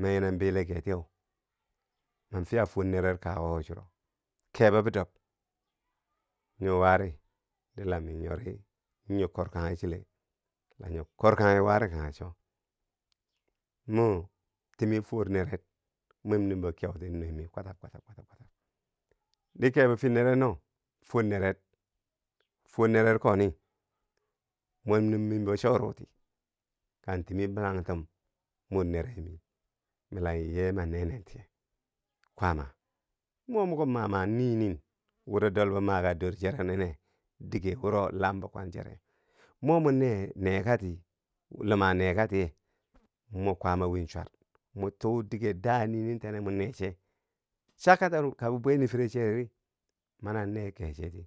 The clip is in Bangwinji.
Mi yinen bili keh tiyeu ma fya fwor neret akuko churo kebo bi dob nyo wari di la mi nyori nyo korkanghi chile, la nyo korkanghi wari kanghe cho, mo timi fwor neret mwem numbo kyauti nuwe mi kwatab kwatab kwatab kwatab di kebo fir neret koni mwemmum mimbo choruti kan timi bilangtum mor neremi, mila yee ma nenentiye kwaama wo moki ma ma nii min wuro dolbo maka dorchero bikwang chere, mo, mo nee nekati luma neka tiye, mo kwaama win chwat, mo tuu dige daa nii nin tene mo nee che, cha tano ka bi bwe nii fire cheri mani a nee kecheti